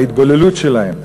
ההתבוללות שלהם,